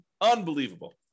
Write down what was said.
Unbelievable